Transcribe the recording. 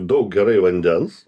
daug gerai vandens